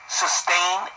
sustain